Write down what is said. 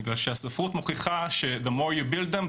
בגלל שהספרות מוכיחה ש-The more you build them,